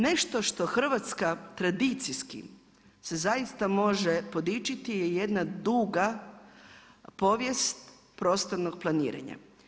Nešto što Hrvatska tradicijski se zaista može podičiti je jedna duga povijest prostornog planiranja.